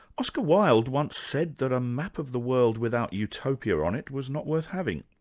oscar wilde once said that a map of the world without utopia on it was not worth having.